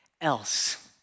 else